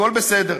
הכול בסדר.